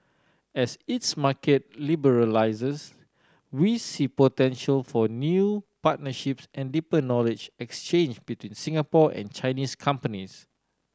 as its market liberalises we see potential for new partnerships and deeper knowledge exchange between Singapore and Chinese companies